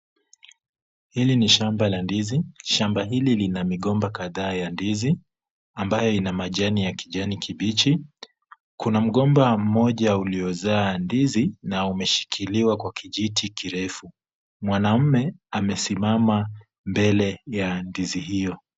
Hili ni shamba la ndizi. Shamba hili lina migomba kadhaa ya ndizi ambayo ina majani ya kijani kibichi. Kuna mgomba mmoja uliozaa ndizi na umeshikiliwa kwa kijiti kirefu. Mwanaume amesimama mbele ya ndizi hiyo.